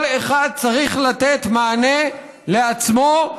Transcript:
כל אחד צריך לתת מענה לעצמו,